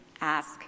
ask